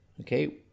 okay